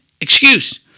excuse